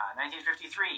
1953